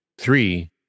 Three